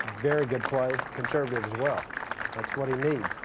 very good play, conservative as well. that's what